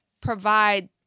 provide